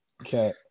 Okay